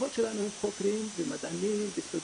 הלקוחות שלנו הם חוקרים ומדענים וסטודנטים,